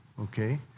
okay